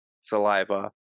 saliva